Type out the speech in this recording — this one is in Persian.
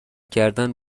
کردن